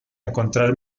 encontrar